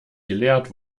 gelehrt